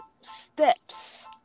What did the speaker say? steps